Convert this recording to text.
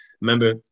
remember